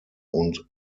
und